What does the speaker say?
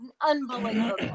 unbelievable